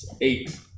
Eight